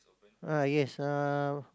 ah yes uh